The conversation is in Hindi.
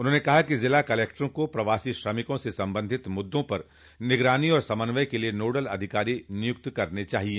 उन्होंने कहा कि जिला कलेक्टरों को प्रवासी श्रमिकों से संबंधित मुद्दों पर निगरानी और समन्वय के लिए नोडल अधिकारी नियूक्त करने चाहिए